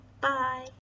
Bye